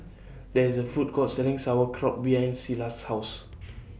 There IS A Food Court Selling Sauerkraut behind Silas' House